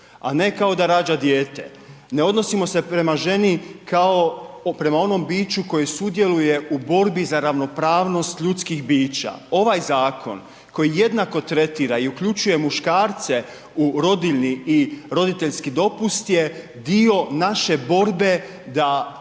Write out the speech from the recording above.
a ne kao da rađa dijete. Ne odnosimo se prema ženi kao prema onom biću koje sudjeluje u borbi za ravnopravnost ljudskih bića. Ovaj zakon koji jednako tretira i uključuje muškarce u rodiljni i roditeljski dopust je dio naše borbe da